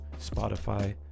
Spotify